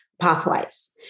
pathways